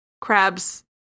Crab's